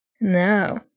No